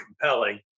compelling